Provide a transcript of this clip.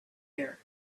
air